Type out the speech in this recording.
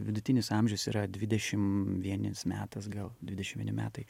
vidutinis amžius yra dvidešim vienis metas gal dvidešim vieni metai